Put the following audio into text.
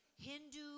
Hindu